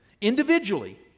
individually